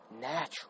natural